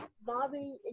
Bobby